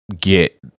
get